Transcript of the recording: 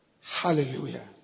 Hallelujah